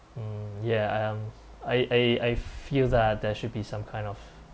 um ya um I I I feel that there should be some kind of